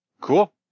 Cool